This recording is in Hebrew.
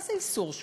מה זה איסור שוטטות?